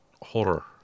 Horror